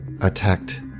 attacked